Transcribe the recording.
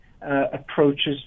approaches